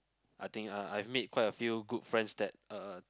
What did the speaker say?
I think I I've made quite a few good friends that uh